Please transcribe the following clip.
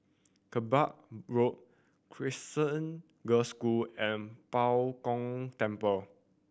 Kerbau Road Crescent Girls' School and Bao Gong Temple